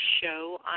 show